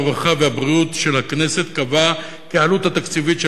הרווחה והבריאות של הכנסת קבעה כי העלות התקציבית של